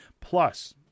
Plus